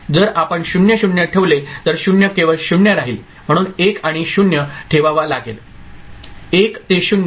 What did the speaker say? जर आपण 0 0 ठेवले तर 0 केवळ 0 राहील म्हणून 1 आणि 0 ठेवावा लागेल